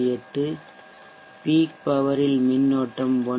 8 peak power இல் மின்னோட்டம் 1